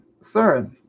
Sir